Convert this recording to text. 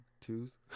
twos